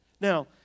Now